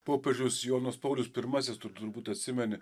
popiežius jonas paulius pirmasis tu turbūt atsimeni